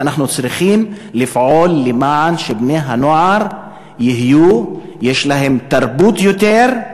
ואנחנו צריכים לפעול כדי שלבני-הנוער יהיו תרבות יותר,